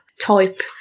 type